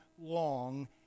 long